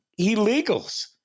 illegals